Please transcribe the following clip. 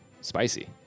Spicy